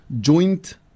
joint